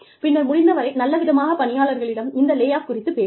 பின்னர் முடிந்தவரை நல்ல விதமாக பணியாளர்களிடம் இந்த லே ஆஃப் குறித்துப் பேச வேண்டும்